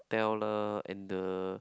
hotel lah and the